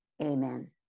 Amen